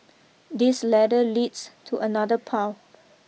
this ladder leads to another path